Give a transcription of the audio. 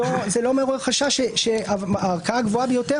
האם זה לא מעורר חשש שהערכאה הגבוהה ביותר